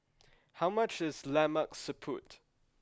how much is Lemak Siput